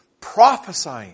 prophesying